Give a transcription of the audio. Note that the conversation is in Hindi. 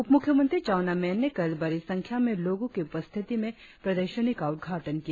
उप मुख्यमंत्री चाउना मेन ने कल बड़ी संख्या में लोगों की उपस्थिति में प्रदर्शनी का उद्घाटन किया